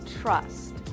trust